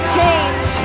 change